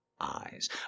eyes